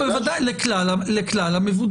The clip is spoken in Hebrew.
בוודאי, לכלל המבודדים.